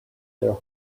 their